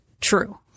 true